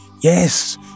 Yes